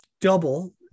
double